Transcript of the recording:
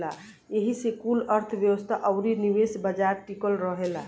एही से कुल अर्थ्व्यवस्था अउरी निवेश बाजार टिकल रहेला